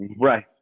Right